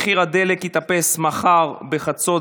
מחיר הדלק יטפס מחר בחצות,